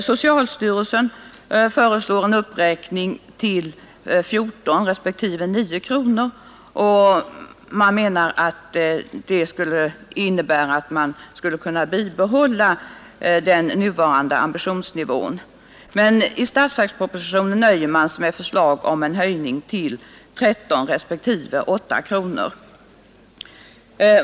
Socialstyrelsen föreslår en uppräkning till 14 respektive 9 kronor. Man menar att det skulle innebära att man skulle kunna bibehålla den nuvarande ambitionsnivån. Men i statsverkspropositionen nöjer man sig med förslag om en höjning till 13 respektive 8 kronor.